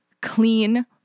clean